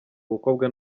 abakobwa